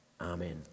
Amen